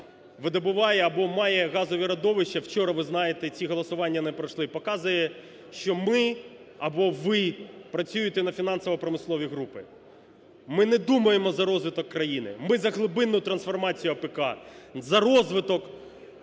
видобуває або має газові родовища, вчора, ви знаєте, ці голосування не пройшли, показує, що ми або ви працюєте на фінансово-промислові групи. Ми не думаємо за розвиток країни, ми за глибинну трансформацію АПК, за розвиток